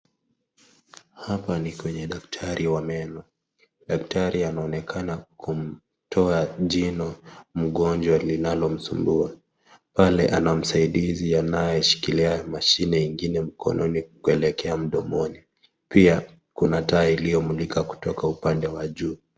Hapa ni kwenye daktari wa meno. Daktari anaonekana kumtoa jino mgonjwa linalomsumbua pale ana msaidizi anayeshikilia mashine ingine mkononi kuelekea mdomoni pia kuna taa iliyomulika kutoka upande wa juu .